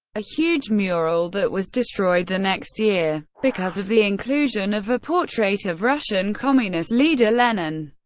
a huge mural that was destroyed the next year, because of the inclusion of a portrait of russian communist leader lenin.